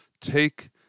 Take